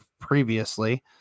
previously